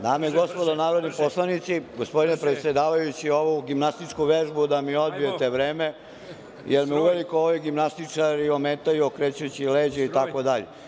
Dame i gospodo narodni poslanici, gospodine predsedavajući, ovu gimnastičku vežbu da mi odbijete vreme, jer me uveliko ovi gimnastičari ometaju okrećući mi leđa itd.